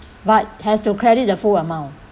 but has to credit the full amount